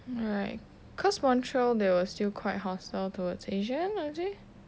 right cause montreal they were still quite hostile towards asian